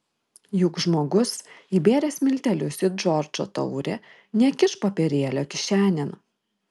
juk žmogus įbėręs miltelius į džordžo taurę nekiš popierėlio kišenėn